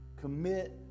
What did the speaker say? Commit